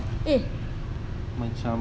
eh